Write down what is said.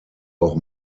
auch